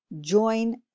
join